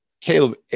Caleb